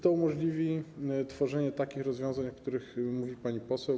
To umożliwi tworzenie takich rozwiązań, o których mówi pani poseł.